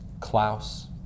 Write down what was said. Klaus